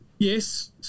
Yes